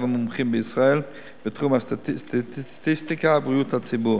המומחים בישראל בתחום הסטטיסטיקה ובריאות הציבור.